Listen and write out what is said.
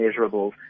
measurables